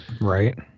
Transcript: Right